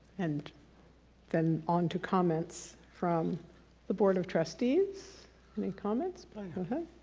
and then on to comments from the board of trustees any comments but